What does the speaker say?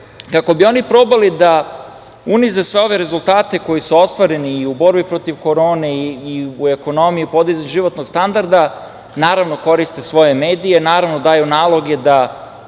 bi oni probali da unize sve ove rezultate koji su ostvareni i u borbi protiv korone i u ekonomiji, podizanju životnog standarda, koriste svoje medije, naravno, daju naloge da